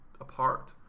apart